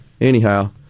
anyhow